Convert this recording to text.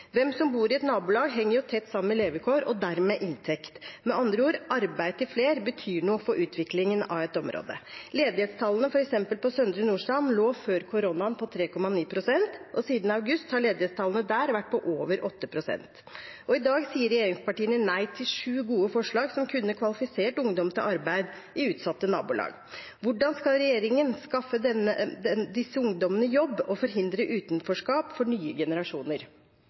Hvem som bor i et nabolag, henger jo tett sammen med levekår og dermed inntekt. Med andre ord: Arbeid til flere betyr noe for utviklingen av et område. For eksempel lå ledighetstallene på Søndre Nordstrand på 3,9 pst. før koronaen, og siden august har ledighetstallene der vært på over 8 pst. I dag sier regjeringspartiene nei til sju gode forslag som kunne kvalifisert unge til arbeid i utsatte nabolag. Hvordan skal regjeringen skaffe disse ungdommene jobb og forhindre utenforskap for nye generasjoner?